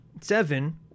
seven